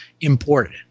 imported